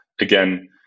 Again